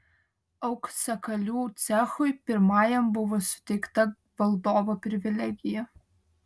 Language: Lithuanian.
auksakalių cechui pirmajam buvo suteikta valdovo privilegija